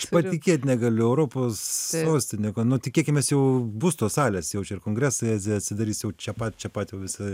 patikėt negaliu europos sostinė ku nu tikėkimės jau bus tos salės jau čia kongresai a atsidarys jau čia pat čia pat visa